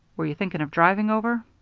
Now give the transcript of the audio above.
were you thinking of driving over?